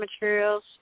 materials